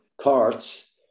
cards